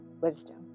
wisdom